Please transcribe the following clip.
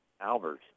Albers